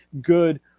good